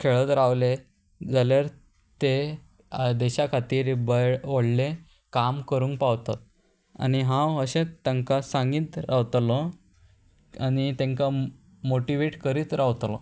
खेळत रावले जाल्यार ते देशा खातीर ब व्हडले काम करूंक पावत आनी हांव अशें तांकां सांगीत रावतलो आनी तेंकां मोटिवेट करीत रावतलो